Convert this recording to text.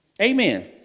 Amen